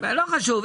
לא חשוב.